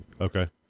Okay